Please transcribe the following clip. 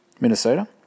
Minnesota